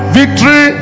victory